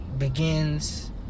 Begins